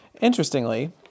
Interestingly